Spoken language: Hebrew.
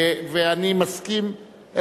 ואני מסכים,